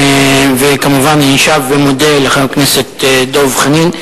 וכמובן, אני שב ומודה לחבר הכנסת דב חנין.